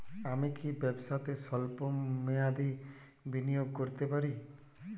আমি কি ব্যবসাতে স্বল্প মেয়াদি বিনিয়োগ করতে পারি?